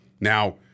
Now